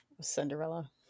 Cinderella